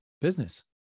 business